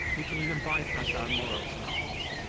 he can even bypass our morals and ethics.